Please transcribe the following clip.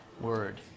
word